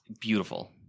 beautiful